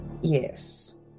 yes